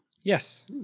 Yes